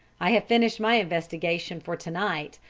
i have finished my investigation for to-night.